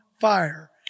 fire